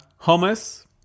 hummus